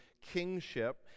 kingship